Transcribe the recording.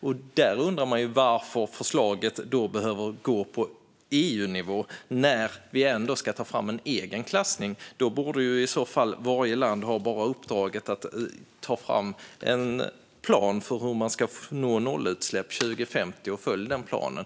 Man undrar ju varför förslaget behöver gå upp på EU-nivå när vi ändå ska ta fram en egen klassning. I så fall borde väl varje land bara ha i uppdrag att ta fram en plan för hur de ska nå nollutsläpp till 2050 och följa den planen.